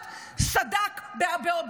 בואי,